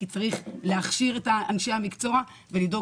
כי צריך להכשיר את אנשי המקצוע ולדאוג